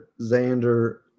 Xander